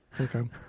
Okay